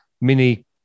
Mini